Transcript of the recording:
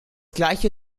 gleiche